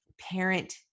parent